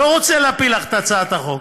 לא רוצה להפיל לך את הצעת החוק.